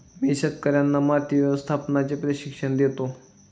मी शेतकर्यांना माती व्यवस्थापनाचे प्रशिक्षण देतो